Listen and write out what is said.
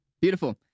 Beautiful